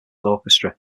orchestra